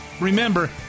remember